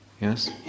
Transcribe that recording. yes